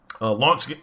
launch